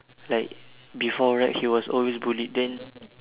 like before rap he was always bullied then